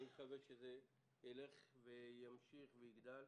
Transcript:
אני מקווה שזה ילך וימשיך ויגדל,